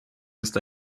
ist